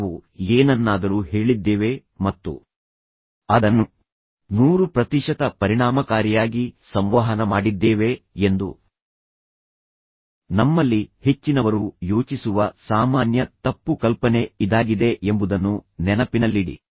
ನಾವು ಏನನ್ನಾದರೂ ಹೇಳಿದ್ದೇವೆ ಮತ್ತು ಅದನ್ನು 100 ಪ್ರತಿಶತ ಪರಿಣಾಮಕಾರಿಯಾಗಿ ಸಂವಹನ ಮಾಡಿದ್ದೇವೆ ಎಂದು ನಮ್ಮಲ್ಲಿ ಹೆಚ್ಚಿನವರು ಯೋಚಿಸುವ ಸಾಮಾನ್ಯ ತಪ್ಪು ಕಲ್ಪನೆ ಇದಾಗಿದೆ ಎಂಬುದನ್ನು ನೆನಪಿನಲ್ಲಿಡಿ